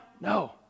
No